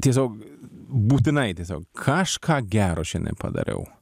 tiesiog būtinai tiesiog kažką gero šiandien padariau